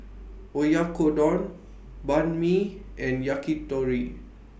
Oyakodon Banh MI and Yakitori